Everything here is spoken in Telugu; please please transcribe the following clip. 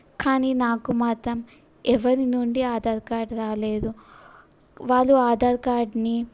కానీ నాకు మాత్రం ఎవరి నుండి ఆధార్ కార్డ్ రాలేదు వాళ్ళు ఆధార్ కార్డ్ని